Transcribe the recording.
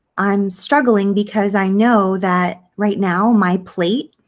i'm struggling because i know that right now, my plate